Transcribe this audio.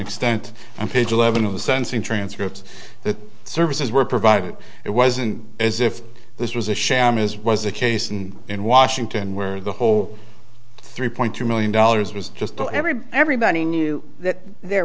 extent and page eleven of the sensing transcripts that services were provided it wasn't as if this was a sham is was a case and in washington where the whole three point two million dollars was just to everybody everybody knew that there